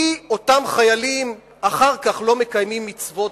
כי אותם חיילים אחר כך לא מקיימים מצוות